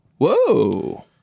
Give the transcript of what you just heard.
Whoa